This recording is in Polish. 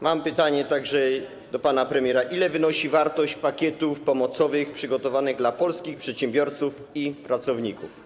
Mam pytanie także do pana premiera: Ile wynosi wartość pakietów pomocowych przygotowanych dla polskich przedsiębiorców i pracowników?